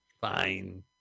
Fine